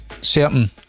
certain